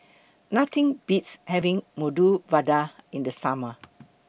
Nothing Beats having Medu Vada in The Summer